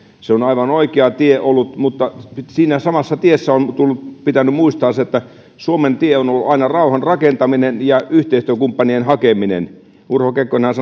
se on on aivan oikea tie ollut mutta sillä samalla tiellä on pitänyt muistaa se että suomen tie on ollut aina rauhan rakentaminen ja yhteistyökumppanien hakeminen urho kekkonenhan